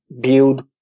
build